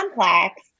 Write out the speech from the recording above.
complex